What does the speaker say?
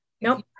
Nope